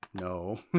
No